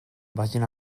vagin